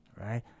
right